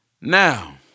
Now